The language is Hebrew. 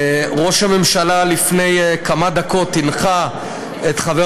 ראש הממשלה לפני כמה דקות הנחה את חבר